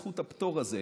בזכות הפטור הזה,